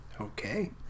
Okay